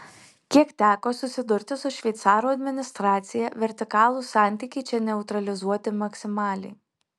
kiek teko susidurti su šveicarų administracija vertikalūs santykiai čia neutralizuoti maksimaliai